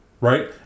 Right